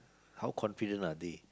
how confident are they